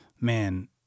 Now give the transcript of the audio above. man